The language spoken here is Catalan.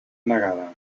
negada